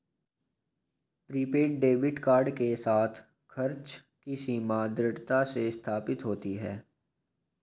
prepaid debit card के साथ, खर्च की सीमा दृढ़ता से स्थापित होती है